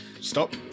stop